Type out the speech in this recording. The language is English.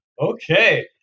okay